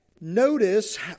Notice